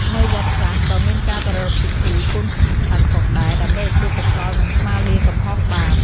នៅវត្តខ្លះ ក៏មានការប្រារព្ធពិធីពូនភ្នំខ្សាច់ផងដែរ ដើម្បីឧទ្ទិសកុសល និងស្មាលាកំហុសបាប។